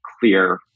clear